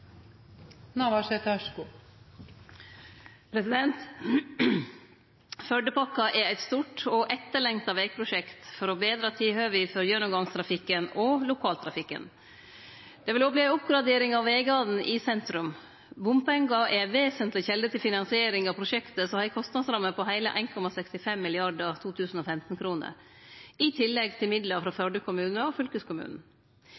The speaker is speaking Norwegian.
i gang så snart som mogleg. Førdepakken er eit stort og etterlengta vegprosjekt for å betre tilhøva for gjennomgangstrafikken og lokaltrafikken. Det vil også verte ei oppgradering av vegane i sentrum. Bompengar er ei vesentleg kjelde til finansiering av prosjektet, som har ei kostnadsramme på heile 1,65 mrd. 2015-kroner, i tillegg til midlar frå